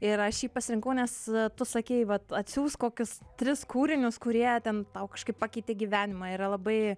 ir aš jį pasirinkau nes tu sakei vat atsiųsk kokius tris kūrinius kurie ten tau kažkaip pakeitė gyvenimą yra labai